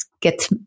get